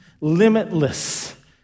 limitless